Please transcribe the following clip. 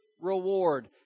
reward